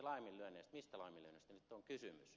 mistä laiminlyönneistä nyt on kysymys